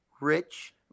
rich